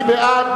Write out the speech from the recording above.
מי בעד?